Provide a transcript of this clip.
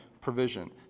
provision